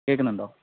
കേൾക്കുന്നുണ്ടോ